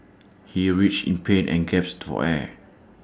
he writhed in pain and gasped for air